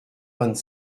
vingt